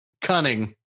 Cunning